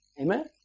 Amen